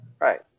Right